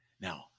Now